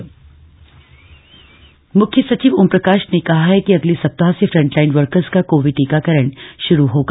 vaccination phase ट् म्ख्य सचिव ओमप्रकाश ने कहा है कि अगले सप्ताह से फ्रंटलाईन वर्कर्स का कोविड टीकाकरण श्रू होगा